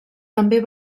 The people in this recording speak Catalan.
també